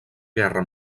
guerra